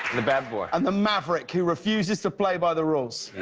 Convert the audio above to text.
and the bad boy. and the maverick who refuses to play by the rules.